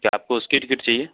क्या आपको उसकी टिकेट चाहिए